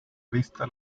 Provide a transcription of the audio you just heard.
vista